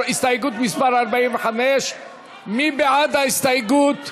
הסתייגות מס' 45, מי בעד ההסתייגות?